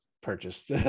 purchased